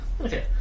Okay